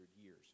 years